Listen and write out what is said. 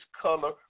color